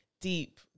deep